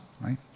right